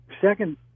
second